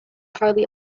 hardly